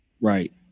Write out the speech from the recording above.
Right